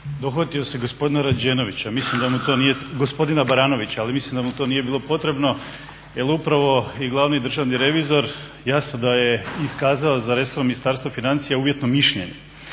Rađenovića, gospodina Baranovića. Ali mislim da mu to nije bilo potrebno, jer upravo i glavni državni revizor jasno da je iskazao za resorno Ministarstvo financija uvjetno mišljenje.